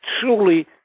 truly